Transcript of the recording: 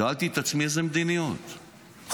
שאלתי את עצמי איזו מדיניות ?חוק.